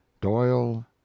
Doyle